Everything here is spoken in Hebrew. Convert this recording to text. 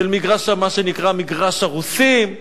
מה שנקרא מגרש-הרוסים,